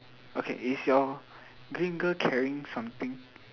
okay is your green girl carrying something